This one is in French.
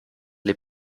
les